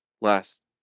last